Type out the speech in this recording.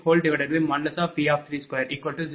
00026982 p